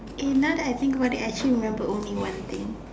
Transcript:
eh now I that think about it I actually remembered only one thing